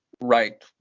right